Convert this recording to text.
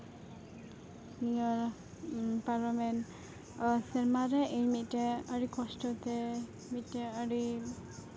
ᱱᱤᱭᱟᱹ ᱯᱟᱨᱚᱢᱮᱱ ᱟᱨ ᱥᱮᱨᱢᱟ ᱨᱮ ᱤᱧ ᱢᱤᱫᱴᱮᱱ ᱟᱹᱰᱤ ᱠᱚᱥᱴᱚ ᱛᱮ ᱢᱤᱫᱴᱮᱱ ᱟᱹᱰᱤ